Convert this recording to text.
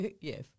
yes